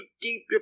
deep